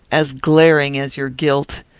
as glaring as your guilt.